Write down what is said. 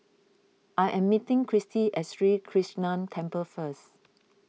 I am meeting Christy at Sri Krishnan Temple first